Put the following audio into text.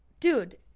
Dude